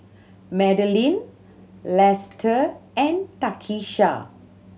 Madilyn Lesta and Takisha